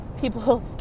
people